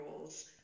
rules